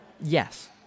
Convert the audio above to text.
Yes